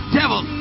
devil